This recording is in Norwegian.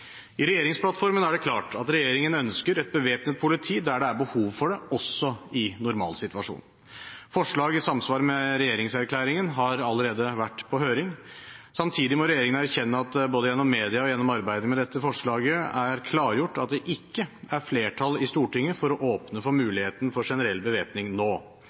I regjeringsplattformen er det klart at regjeringen ønsker et bevæpnet politi der det er behov for det, også i normalsituasjon. Forslag i samsvar med regjeringserklæringen har allerede vært på høring. Samtidig må regjeringen erkjenne at det gjennom både media og arbeidet med dette forslaget er klargjort at det ikke er flertall i Stortinget for å åpne for muligheten for generell bevæpning nå.